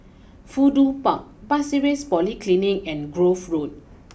Fudu Park Pasir Ris Polyclinic and Grove Road